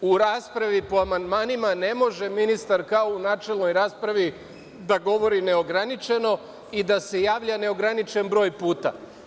U raspravi po amandmanima ne može ministar kao u načelnoj raspravi da govori neograničeno i da se javlja neograničen broj puta.